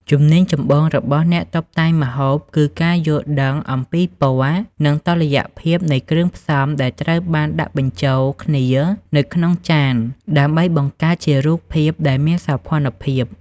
ជំនាញចម្បងរបស់អ្នកតុបតែងម្ហូបគឺការយល់ដឹងអំពីពណ៌ និងតុល្យភាពនៃគ្រឿងផ្សំដែលត្រូវបានដាក់បញ្ជូលគ្នានៅក្នុងចាន ដើម្បីបង្កើតជារូបភាពដែលមានសោភ័ណភាព។